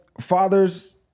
fathers